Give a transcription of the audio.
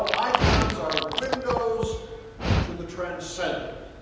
icons are windows to the transcendent.